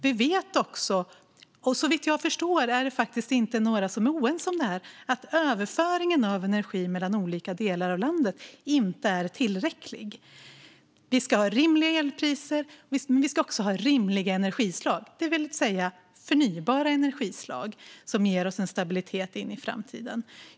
Vi vet också - och såvitt jag förstår är det ingen som är oense om detta - att överföringen av energi mellan olika delar av landet inte är tillräcklig. Vi ska ha rimliga elpriser, och vi ska också ha rimliga energislag, det vill säga förnybara energislag som ger oss en stabilitet in i framtiden.